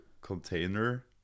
container